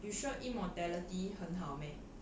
you sure immortality 很好 meh